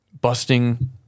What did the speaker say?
busting